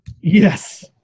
Yes